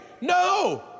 no